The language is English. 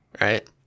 right